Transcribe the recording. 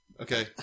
Okay